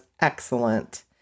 excellent